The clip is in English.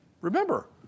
remember